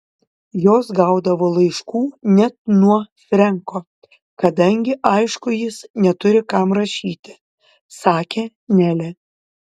jos gaudavo laiškų net nuo frenko kadangi aišku jis neturi kam rašyti sakė nelė